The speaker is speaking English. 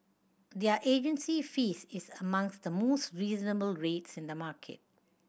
their agency fees is among the most reasonable rates in the market